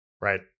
right